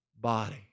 body